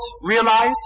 realize